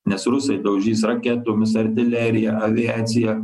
nes rusai daužys raketomis artilerija aviacija